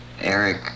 Eric